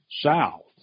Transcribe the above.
south